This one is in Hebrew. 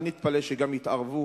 אל נתפלא שגם יתערבו